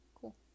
Cool